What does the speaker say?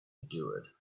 endured